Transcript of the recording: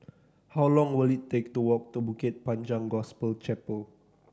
how long will it take to walk to Bukit Panjang Gospel Chapel